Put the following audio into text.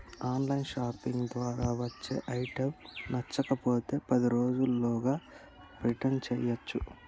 on line shopping ద్వారా వచ్చే items నచ్చకపోతే పది రోజుల్లోగా రిటర్న్ చేయ్యచ్చు